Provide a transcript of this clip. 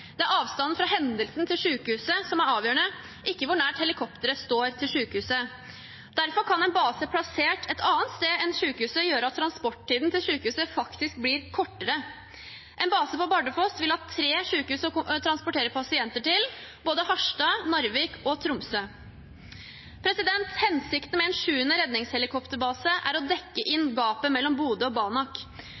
Det er avstanden fra hendelsen til sykehuset som er avgjørende, ikke hvor nært sykehuset helikoptret står. Derfor kan en base plassert et annet sted enn ved sykehuset gjøre at transporttiden til sykehuset faktisk blir kortere. En base på Bardufoss vil ha tre sykehus å transportere pasienter til, i både Harstad, Narvik og Tromsø. Hensikten med en sjuende redningshelikopterbase er å dekke inn gapet mellom Bodø og Banak.